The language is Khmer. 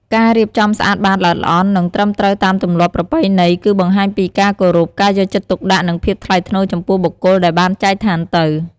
ការរៀបចំស្អាតបាតល្អិតល្អន់ និងត្រឹមត្រូវតាមទម្លាប់ប្រពៃណី គឺបង្ហាញពីការគោរព ការយកចិត្តទុកដាក់ និងភាពថ្លៃថ្នូរចំពោះបុគ្គលដែលបានចែកឋានទៅ។